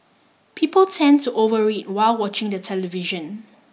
people tend to overeat while watching the television